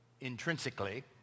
intrinsically